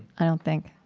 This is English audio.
i don't think.